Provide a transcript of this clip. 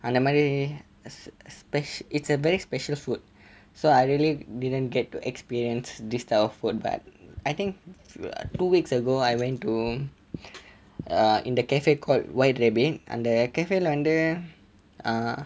அந்த மாதிரி:antha mathiri speci~ it's a very special food so I really didn't get to experience this type of food but I think two weeks ago I went to uh in the cafe called white rabbit அந்த:antha cafe வந்து:vanthu uh